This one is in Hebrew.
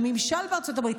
לממשל בארצות הברית,